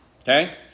okay